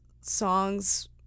songs